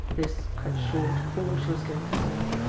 this cut short all she was going to say.